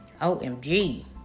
OMG